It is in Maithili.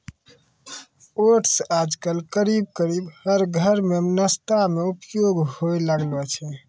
ओट्स आजकल करीब करीब हर घर मॅ नाश्ता मॅ उपयोग होय लागलो छै